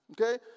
Okay